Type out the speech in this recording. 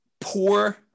Poor